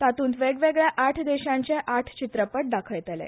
तातूंत वेगवेगळ्या आट देशांचे आठ चित्रपट दाखयतले